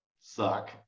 Suck